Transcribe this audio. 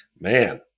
man